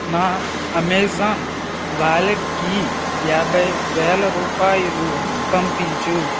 నా అమేజాన్ వ్యాలెట్కి యాభైవేల రూపాయలు పంపించు